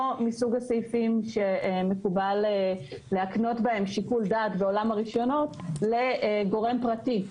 מסוג הסעיפים שמקובל להקנות בהם שיקול דעת בעולם הרישיונות לגורם פרטי,